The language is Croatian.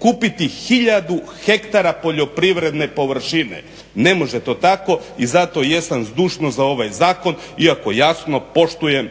kupiti hiljadu hektara poljoprivredne površine. Ne može to tako i zato jesam zdušno za ovaj zakon iako jasno poštujem